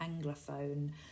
Anglophone